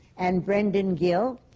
and brendan gill,